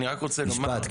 משפט,